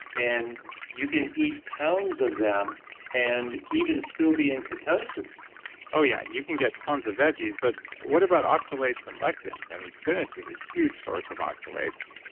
and you can eat pounds of them and even still be in ketosis oh, yeah, you can get tons of veggies, but what about oxalates and lectins? i mean spinach is a huge source of oxalates,